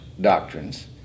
doctrines